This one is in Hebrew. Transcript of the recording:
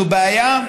זו בעיה.